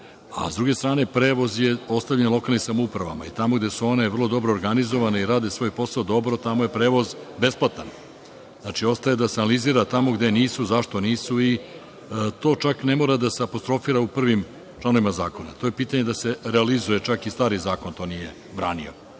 Sa druge strane, prevoz je ostavljen lokalnim samouprava, i tamo gde su one vrlo dobro organizovane i rade svoj posao dobro, tamo je prevoz besplatan. Ostaje da se analizira tamo gde nisu, zašto nisu, i to ne mora da se apostrofira u prvim članovima zakona. To je pitanje da se realizuje, a čak i stari zakon to nije branio.